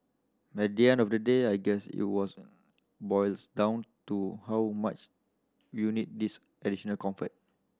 at the end of the day I guess it was boils down to how much you need these additional comfort